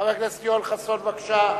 חבר הכנסת יואל חסון, בבקשה.